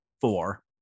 Four